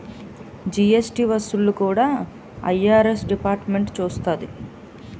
GST వసూళ్లు కూడా IRS డిపార్ట్మెంటే చూస్తాది